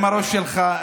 גם הראש שלך,